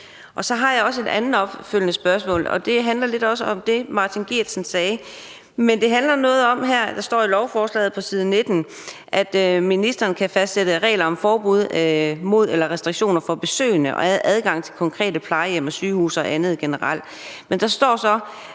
Jeg har jeg også et andet opfølgende spørgsmål. Det handler også lidt om det, hr. Martin Geertsen sagde. Der står i lovforslaget på side 19, at ministeren kan fastsætte regler om forbud mod eller restriktioner for besøgende og adgang til konkrete plejehjem og sygehuse og andet generelt. Men der står så